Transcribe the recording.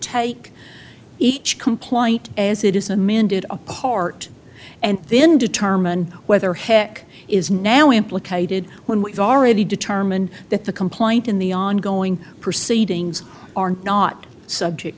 take each complaint as it is amended apart and then determine whether heck is now implicated when we've already determined that the complaint in the ongoing proceedings are not subject